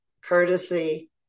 courtesy